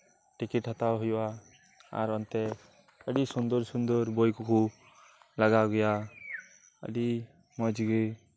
ticket ᱦᱟᱛᱟᱣ ᱦᱩᱭᱩᱜᱼᱟ ᱟᱨ ᱚᱱᱛᱮ ᱟᱹᱰᱤ ᱥᱩᱱᱫᱚᱨ ᱥᱩᱱᱫᱚᱨ ᱵᱳᱭ ᱠᱚᱠᱚ ᱞᱟᱜᱟᱣ ᱜᱮᱭᱟ ᱟᱹᱰᱤ ᱢᱚᱸᱡᱽ ᱜᱮ